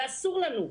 ואסור לנו.